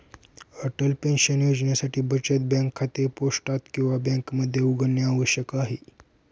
Atal pension योजनेसाठी बचत bank खाते पोस्टात किंवा बँकेमध्ये उघडणे आवश्यक आहे